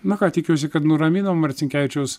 na ką tikiuosi kad nuraminom marcinkevičiaus